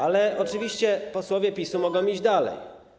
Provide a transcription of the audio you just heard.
Ale oczywiście posłowie PiS-u mogą iść dalej.